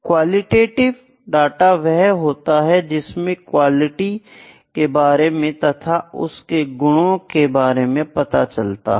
qualitative data वह होता है जिसमें क्वालिटी के बारे में तथा उसके गुणों के बारे में पता चलता हो